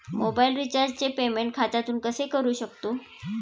Mobile रिचार्जचे payment खात्यातून कसे करू शकतो?